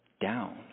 down